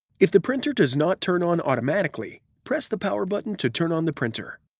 if the printer does not turn on automatically, press the power button to turn on the printer.